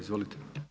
Izvolite.